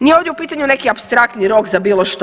Nije ovdje u pitanju neki apstraktni rok za bilo što.